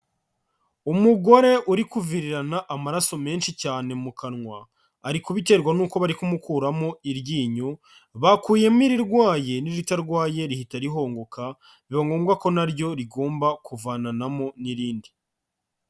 Umugore uri kuvirirana amaraso menshi cyane mu kanwa, ari kubiterwa n'uko bari kumukuramo iryinyo, bakuyemo irirwaye, n'iritarwaye rihita rihungoka, biba ngombwa ko na ryo rigomba kuvananamo n'irindi.